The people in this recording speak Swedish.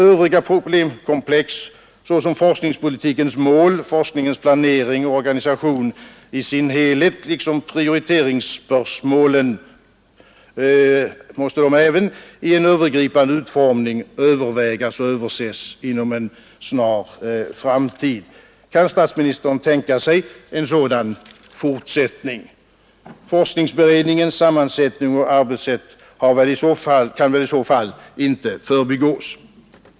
Övriga problemkomplex såsom forskningspolitikens mål, forskningens planering och organisation i sin helhet liksom prioriteringsspörsmålen måste, om även i en genomgripande utformning, övervägas och överses inom en snar framtid. Kan statsministern tänka sig en sådan fortsättning? Forskningsberedningens sammansättning och arbetssätt kan i så fall inte förbigås.